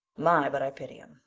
my, but i pity him,